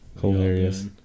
Hilarious